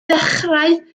dechrau